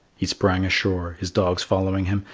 he sprang ashore, his dogs following him,